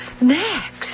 next